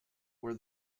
were